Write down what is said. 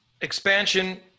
expansion